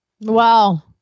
Wow